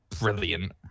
brilliant